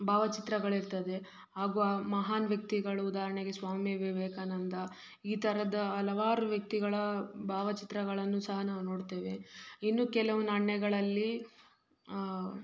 ಭಾವಚಿತ್ರಗಳಿರ್ತದೆ ಹಾಗೂ ಆ ಮಹಾನ್ ವ್ಯಕ್ತಿಗಳು ಉದಾಹರ್ಣೆಗೆ ಸ್ವಾಮಿ ವಿವೇಕಾನಂದ ಈ ಥರದ ಹಲವಾರು ವ್ಯಕ್ತಿಗಳ ಭಾವಚಿತ್ರಗಳನ್ನು ಸಹ ನಾವು ನೋಡ್ತೇವೆ ಇನ್ನು ಕೆಲವು ನಾಣ್ಯಗಳಲ್ಲಿ